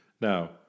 now